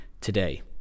today